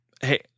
Hey